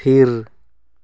ᱛᱷᱤᱨ